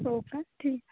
हो का ठीक